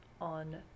on